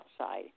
outside